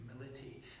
humility